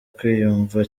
kwiyumva